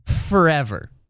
forever